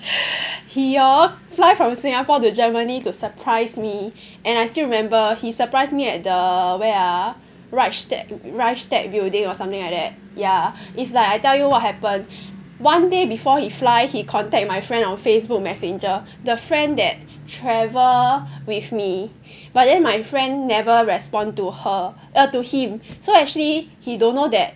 he hor fly from Singapore to Germany to surprise me and I still remember he surprised me at the where ah Reichstag building or something like that ya it's like I tell you what happen one day before he fly he contact my friend on Facebook messenger the friend that travel with me but then my friend never respond to her uh to him so actually he don't know that